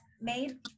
made